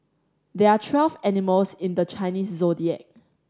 there are twelve animals in the Chinese Zodiac